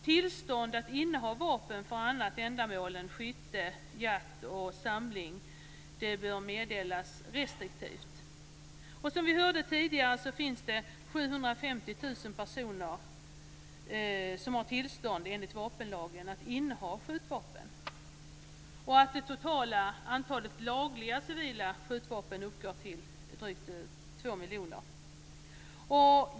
Tillstånd att inneha vapen för annat ändamål än skytte, jakt och samling bör meddelas restriktivt. Som vi hörde tidigare är det i dag ca 750 000 personer som har tillstånd enligt vapenlagen att inneha skjutvapen. Det totala antalet lagliga civila skjutvapen uppgår till drygt två miljoner.